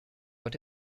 what